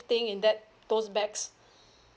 thing in that those bags